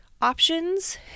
options